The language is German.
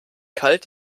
kalt